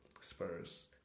Spurs